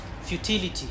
futility